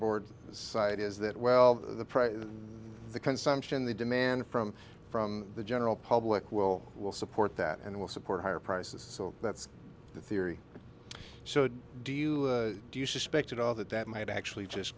board side is that well the price of the consumption the demand from from the general public will will support that and will support higher prices so that's the theory so do you do you suspect at all that that might actually just